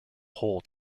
hole